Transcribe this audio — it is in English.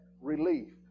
relief